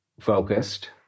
focused